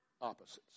opposites